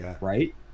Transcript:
right